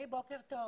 בוקר טוב.